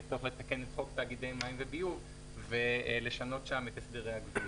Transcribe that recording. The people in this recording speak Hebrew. יהיה צורך לשנות את חוק תאגידי מים וביוב ולשנות שם את הסדרי הגבייה.